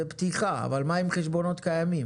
זאת פתיחה אבל מה עם חשבונות קיימים?